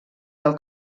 del